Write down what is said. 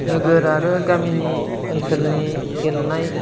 नोगोर आरो गामिनि ओनसोलनि गेलेनाय